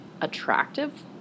attractive